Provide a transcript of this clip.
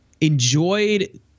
enjoyed –